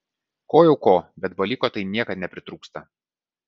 ko jau ko bet balyko tai niekad nepritrūksta